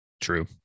True